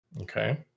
Okay